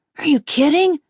are you kidding?